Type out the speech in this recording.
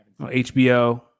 HBO